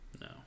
No